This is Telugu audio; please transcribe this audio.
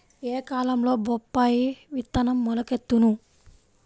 ఏ కాలంలో బొప్పాయి విత్తనం మొలకెత్తును?